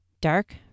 dark